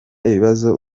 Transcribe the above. ibibazo